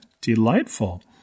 Delightful